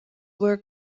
were